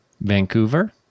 Vancouver